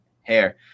hair